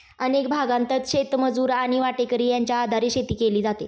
अनेक भागांत शेतमजूर आणि वाटेकरी यांच्या आधारे शेती केली जाते